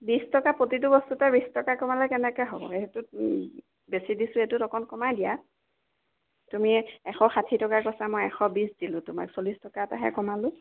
বিছ টকা প্ৰতিটো বস্তুতে বিছ টকা কমালে কেনেকৈ হ'ব সেইটোত বেছি দিছোঁ এইটোত অকণ কমাই দিয়া তুমি এশ ষাঠি টকা কৈছা মই এশ বিছ দিলোঁ তোমাক চল্লিছ টকা এটাহে কমালোঁ